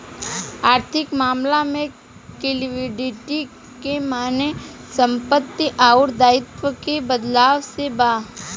आर्थिक मामला में लिक्विडिटी के माने संपत्ति अउर दाईत्व के बदलाव से बा